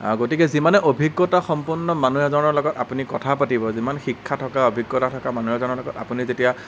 গতিকে যিমানে অভিজ্ঞতাসম্পন্ন মানুহ এজনৰ লগত আপুনি কথা পাতিব যিমান শিক্ষা থকা অভিজ্ঞতা থকা মানুহ এজনৰ লগত আপুনি যেতিয়া